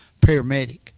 paramedic